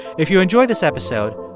if you enjoyed this episode,